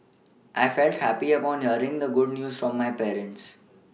I felt happy upon hearing the good news from my parents